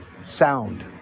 sound